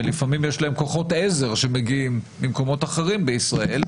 כי לפעמים יש להם כוחות עזר שמגיעים ממקומות אחרים בישראל,